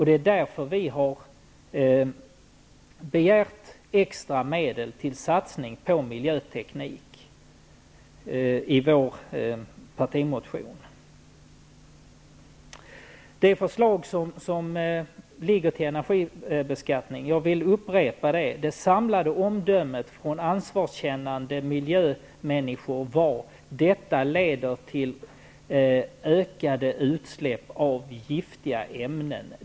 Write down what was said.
Det är därför som vi har begärt extra medel för satsning på miljöteknik i vår partimotion. Beträffande det förslag till energibeskattning som nu ligger -- det vill jag upprepa -- var det samlade omdömet från ansvarskännande miljömänniskor att det leder till ökade utsläpp av giftiga ämnen.